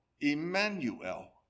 Emmanuel